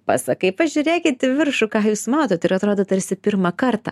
pasakai pažiūrėkit į viršų ką jūs matot ir atrodo tarsi pirmą kartą